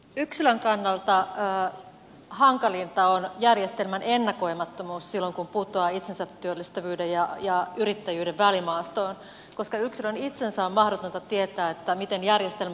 yksilön kannalta hankalinta on järjestelmän ennakoimattomuus silloin kun putoaa itsensätyöllistävyyden ja yrittäjyyden välimaastoon koska yksilön itsensä on mahdotonta tietää miten järjestelmä tulkitsee